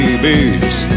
Babies